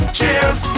Cheers